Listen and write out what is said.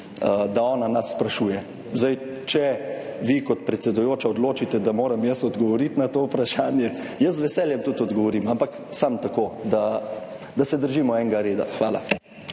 da ona nas sprašuje. Zdaj, če vi kot predsedujoča odločite, da moram jaz odgovoriti na to vprašanje, jaz z veseljem tudi odgovorim, ampak samo tako, da da se držimo enega reda. Hvala.